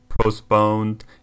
postponed